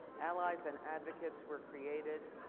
allies and advocates were created.